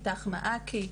אית"ך מעכי.